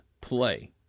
play